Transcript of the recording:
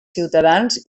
ciutadans